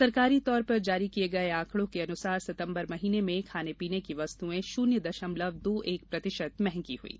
सरकारी तौर पर जारी किये गए आकड़ों के अनुसार सितंबर महीने में खाने पीने की वस्तुएं शून्य दशमलव दो एक प्रतिशत महंगी हुईं